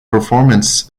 performance